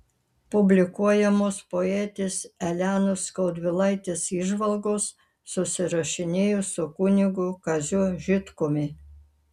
publikuojamos poetės elenos skaudvilaitės įžvalgos susirašinėjus su kunigu kaziu žitkumi